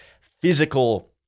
physical